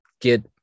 get